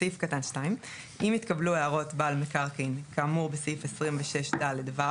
(2)אם התקבלו הערות בעל מקרקעין כאמור בסעיף 26ד(ו)